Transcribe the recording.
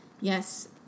Yes